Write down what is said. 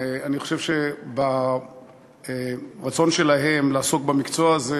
אני חושב שברצון שלהן לעסוק במקצוע הזה